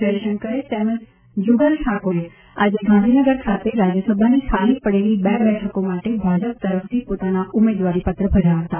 જયશંકરે તેમજ જુગલ ઠાકોરે આજે ગાંધીનગર કાતે રાજ્યસભાની ખાલી પડેલી બે બેટકો માટે ભાજપ તરફથી પોતાના ઉમેદવારીપત્ર ભર્યા હતા